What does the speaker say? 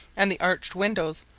and the arched windows,